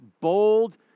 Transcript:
bold